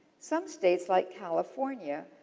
some states, like california,